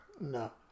no